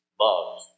love